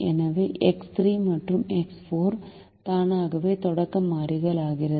எனவே எக்ஸ் 3 மற்றும் எக்ஸ் 4 தானாகவே தொடக்க மாறிகள் ஆகிறது